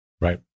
Right